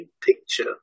picture